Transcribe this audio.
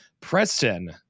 Preston